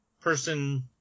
person